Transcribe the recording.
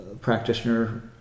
practitioner